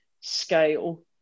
scale